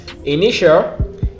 Initial